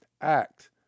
act